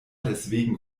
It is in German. deswegen